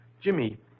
Jimmy